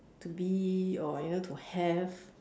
to be or you know to have